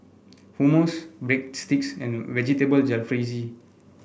Hummus Breadsticks and Vegetable Jalfrezi